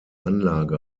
anlage